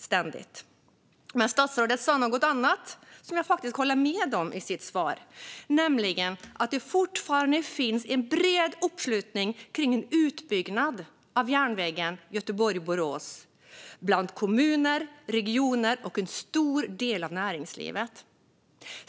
Statsrådet sa något annat i sitt svar som jag faktiskt håller med om, nämligen att det fortfarande finns en bred uppslutning kring en utbyggnad av järnvägen mellan Göteborg och Borås bland kommuner, regioner och en stor del av näringslivet.